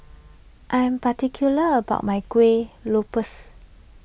I am particular about my Kuih Lopes